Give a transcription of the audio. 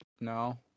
No